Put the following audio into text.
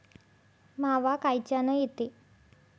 मावा कायच्यानं येते?